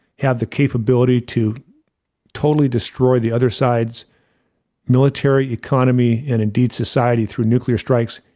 have the capability to totally destroy the other side's military, economy, and indeed, society through nuclear strikes,